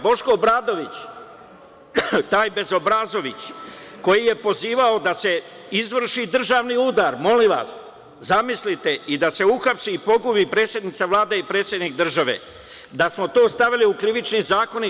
Boško Obradović, taj bezobrazović, koji je pozivao da se izvrši državni udar, molim vas, zamislite, i da se uhapsi i pogubi predsednica Vlade i predsednik države, da smo to stavili u Krivični zakonik…